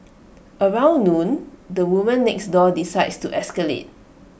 around noon the woman next door decides to escalate